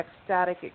ecstatic